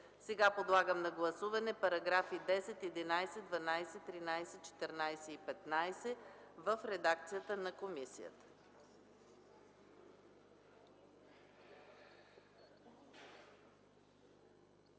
Подлагам на гласуване параграфи 10, 11, 12, 13, 14 и 15 в редакцията на комисията.